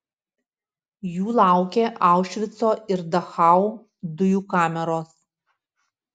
jų laukė aušvico ir dachau dujų kameros